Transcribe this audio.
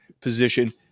position